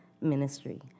ministry